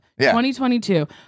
2022